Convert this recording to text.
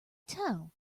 tell